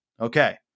Okay